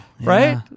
Right